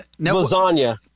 Lasagna